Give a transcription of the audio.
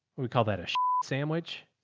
we call that a sandwich